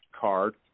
card